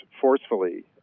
forcefully